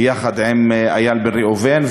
ביחד עם איל בן ראובן,